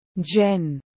Jen